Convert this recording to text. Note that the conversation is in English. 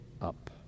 up